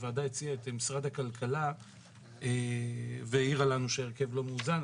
הוועדה הציעה את משרד הכלכלה והעירה לנו שההרכב לא מאוזן.